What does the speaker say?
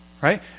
right